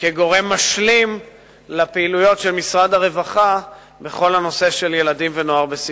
כגורם משלים לפעילויות של משרד הרווחה בכל הנושא של ילדים ונוער בסיכון.